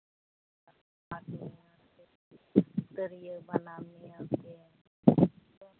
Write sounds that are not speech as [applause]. [unintelligible] ᱛᱟᱹᱨᱭᱟᱹ ᱵᱟᱱᱟᱢ ᱱᱤᱭᱟᱹᱛᱮ